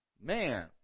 Man